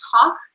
talk